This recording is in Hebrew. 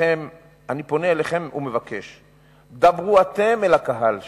לכן אני פונה אליכם ומבקש: דברו אתם אל הקהל שלכם,